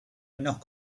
knock